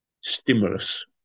stimulus